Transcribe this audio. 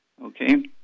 Okay